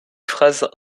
phrases